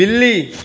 बिल्ली